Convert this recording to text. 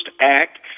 Act